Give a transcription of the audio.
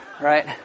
right